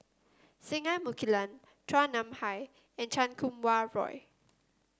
Singai Mukilan Chua Nam Hai and Chan Kum Wah Roy